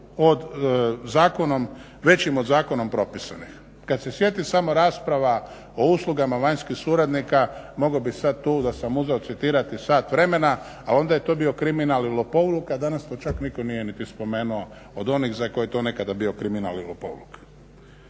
od zakonom, većim od zakonom propisanih. Kad se sjetim samo rasprava o uslugama vanjskih suradnika, mogao bih sad tu da sam uzeo citirati sat vremena, ali onda je to bio kriminalni lopovluk, a danas to čak nitko nije niti spomenuo od onih za koje je to nekad bio kriminalni lopovluk.